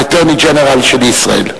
ה-Attorney General של ישראל.